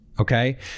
okay